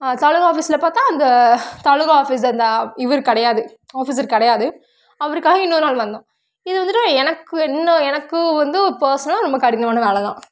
தாலுகா ஆஃபீஸில் பார்த்தா அந்த தாலுக்கா ஆஃபீஸ் அந்த இவர் கிடையாது ஆஃபீஸர் கிடையாது அவருக்காக இன்னொரு நாள் வந்தோம் இது வந்துவிட்டு எனக்கு இன்னும் எனக்கு வந்து ஓ பேர்சனலாக ரொம்ப கடினமான வேலை தான்